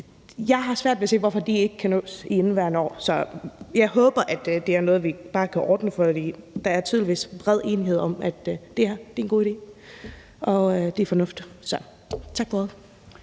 jeg svært ved at se hvorfor ikke kan nås i indeværende år. Så jeg håber, at det er noget, vi bare kan ordne, for der er tydeligvis bred enighed om, at det er en god idé og fornuftigt. Så tak for